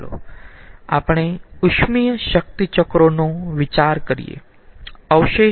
ચાલો આપણે ઉષ્મીય શક્તિ ચક્રોનો વિચાર કરીયે